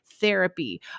therapy